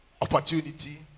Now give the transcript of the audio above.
opportunity